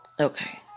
Okay